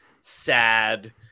sad